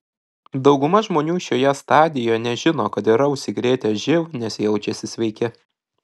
dauguma žmonių šioje stadijoje nežino kad yra užsikrėtę živ nes jaučiasi sveiki